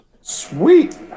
Sweet